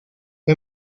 fue